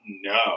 no